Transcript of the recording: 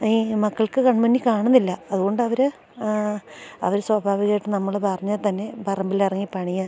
ഈ മക്കൾക്ക് കൺമുന്നിൽ കാണുന്നില്ല അതു കൊണ്ടവർ അവർ സ്വാഭാവികമായിട്ട് നമ്മൾ പറഞ്ഞാൽ തന്നെ പറമ്പിലിറങ്ങി പണിയുക